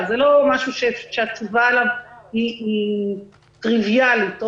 שהתשובה עליה לא טריוויאלית.